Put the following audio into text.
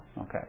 Okay